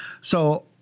So-